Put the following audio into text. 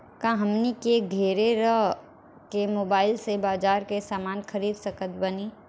का हमनी के घेरे रह के मोब्बाइल से बाजार के समान खरीद सकत बनी?